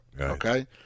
Okay